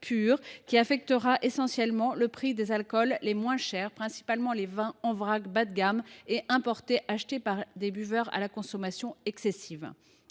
affectera essentiellement les prix des alcools les moins chers, principalement les vins en vrac bas de gamme, achetés par des buveurs ayant une consommation excessive.